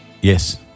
Yes